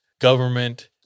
government